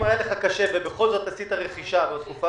אם היה לכם קשה ובכל זאת עשיתם רכישה בתקופה